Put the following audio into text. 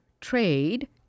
trade